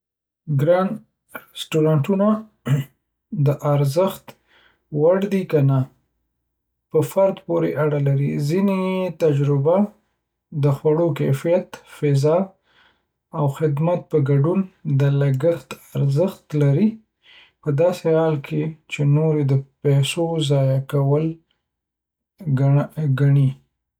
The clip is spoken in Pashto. ګران رستورانتونه د ارزښت وړ دي که نه، په فرد پورې اړه لري. ځینې یې تجربه، د خوړو کیفیت، فضا او خدمت په ګډون، د لګښت ارزښت لري، پداسې حال کې چې نور یې د پیسو ضایع کول ګڼي.